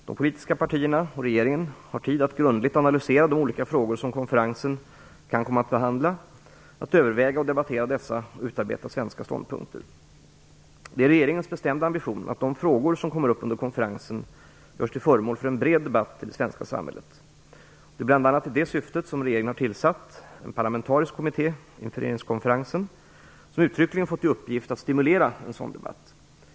De politiska partierna och regeringen har tid att grundligt analysera de olika frågor som konferensen kan komma att behandla, att överväga och debattera dessa och utarbeta svenska ståndpunkter. Det är regeringens bestämda ambition att de frågor som kommer upp under konferensen görs till föremål för en bred debatt i det svenska samhället. Det är bl.a. i det syftet som regeringen har tillsatt en parlamentarisk kommitté inför regeringskonferensen som uttryckligen fått i uppgift att stimulera en sådan debatt.